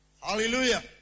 Hallelujah